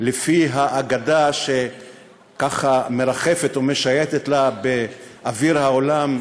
לפי האגדה שמרחפת ומשייטת לה באוויר העולם,